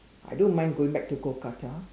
I don't mind going back to Kolkata